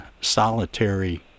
solitary